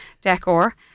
decor